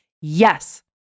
yes